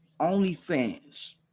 OnlyFans